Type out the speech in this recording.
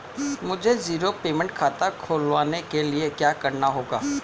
मुझे zero payment खाता खुलवाने के लिए क्या करना होगा?